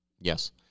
Yes